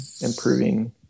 improving